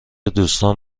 دوستان